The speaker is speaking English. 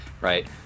right